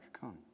come